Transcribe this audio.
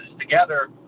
together